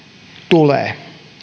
tulee